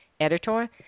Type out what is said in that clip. editor